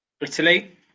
Italy